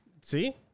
See